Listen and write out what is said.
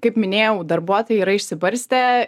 kaip minėjau darbuotojai yra išsibarstę